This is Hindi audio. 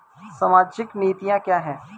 सामाजिक नीतियाँ क्या हैं?